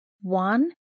One